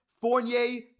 Fournier